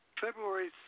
February